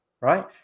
right